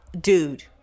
dude